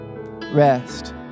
Rest